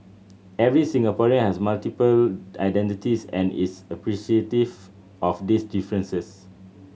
every Singaporean has multiple identities and is appreciative of these differences